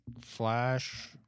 Flash